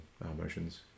emotions